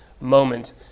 moment